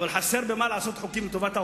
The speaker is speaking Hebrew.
אבל חסר במה לעשות חוקים לטובת העולים?